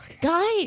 Guys